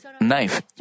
knife